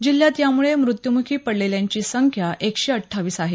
जिल्ह्यात यामुळे मृत्यूमुखी पडलेल्यांची संख्या एकशे अठ्ठावीस आहे